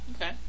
Okay